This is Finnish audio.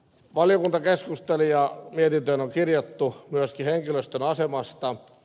valiokunta keskusteli ja mietintöön on kirjattu myöskin henkilöstön asemasta